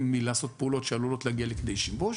מלעשות פעולות שעלולות להגיע לכדי שיבוש